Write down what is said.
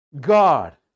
God